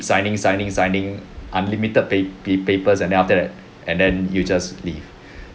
signing signing signing unlimited pa~ p papers and then after that and then you just leave